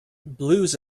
blues